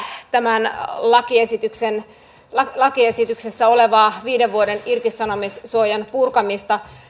pidän hyvänä tässä lakiesityksessä olevaa viiden vuoden irtisanomissuojan purkamista